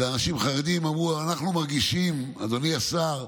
זה אנשים חרדים: אנחנו מרגישים, אדוני השר,